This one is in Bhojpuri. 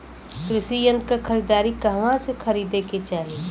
कृषि यंत्र क खरीदारी कहवा से खरीदे के चाही?